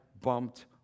bumped